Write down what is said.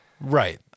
Right